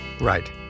Right